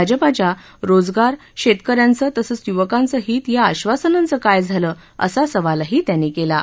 भाजपाच्या रोजगार शेतकर यांचं तसंच युवकांच हित या आश्वासनांचं काय झालं असा सवालही त्यांनी केला आहे